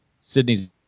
Sydney's